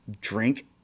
drink